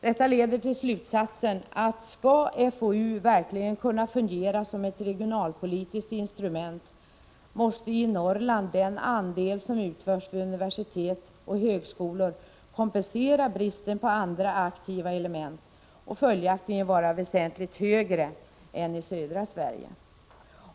Detta leder till slutsatsen, att skall FOU verkligen kunna fungera som ett regionalpolitiskt instrument, måste i Norrland den andel som utförs vid universitet och högskolor kompensera bristen på andra aktiva element och följaktligen vara väsentligt högre än i södra Sverige.